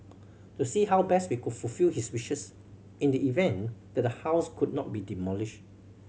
to see how best we could fulfil his wishes in the event that the house could not be demolished